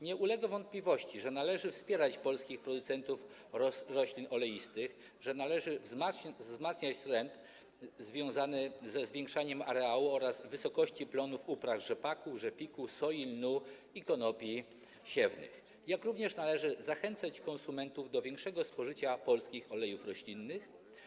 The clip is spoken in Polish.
Nie ulega wątpliwości, że należy wspierać polskich producentów roślin oleistych, że należy wzmacniać trend związany ze zwiększaniem areału oraz wysokości plonów upraw rzepaku, rzepiku, soi, lnu i konopi siewnych, jak również należy zachęcać konsumentów do większego spożycia polskich olejów roślinnych.